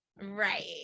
Right